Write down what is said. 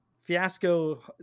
fiasco